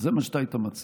זה מה שאתה היית מציע,